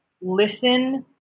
listen